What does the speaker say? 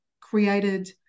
created